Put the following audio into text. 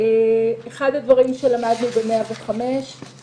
אחד הדברים שלמדנו ב-105 הוא